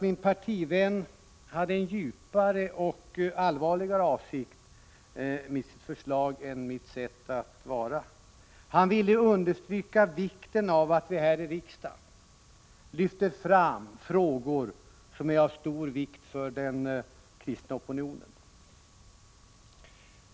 Min partivän hade nog en djupare och allvarligare avsikt med sitt förslag än detta med mitt sätt att vara; han ville understryka vikten av att vi här i riksdagen lyfter fram frågor som är av stor vikt för den kristna opinionen.